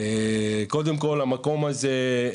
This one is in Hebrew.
קודם כל, המקום הזה,